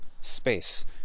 space